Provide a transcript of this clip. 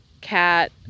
cat